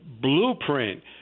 blueprint –